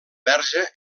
verge